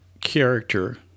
Character